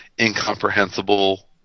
incomprehensible